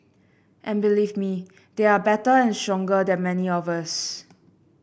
and believe me they are better and stronger than many of us